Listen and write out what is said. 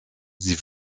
sie